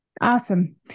Awesome